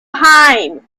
hime